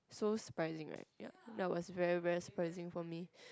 so surprising right ya that was very very surprising for me